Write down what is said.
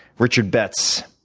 richard betts.